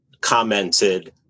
commented